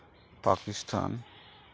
Pakistan